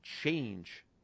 change